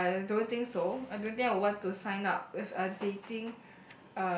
I don't think so I don't think I will want to sign up with a dating